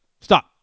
Stop